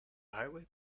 highway